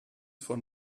von